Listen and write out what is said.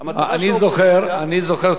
אני זוכר תקופה,